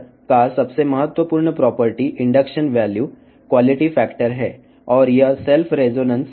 RF ప్రేరకాల యొక్క అతి ముఖ్యమైన లక్షణాలు ఇండక్టెన్స్ విలువ నాణ్యత కారకం మరియు ఇది స్వీయ రేసొనెన్సు